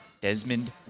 Desmond